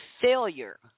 failure